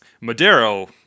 Madero